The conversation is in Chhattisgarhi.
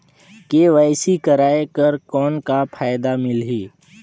के.वाई.सी कराय कर कौन का फायदा मिलही?